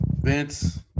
Vince